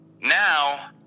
Now